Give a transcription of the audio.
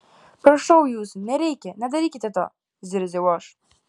prašau jūsų nereikia nedarykite to zirziau aš